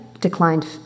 declined